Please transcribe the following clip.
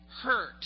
hurt